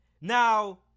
Now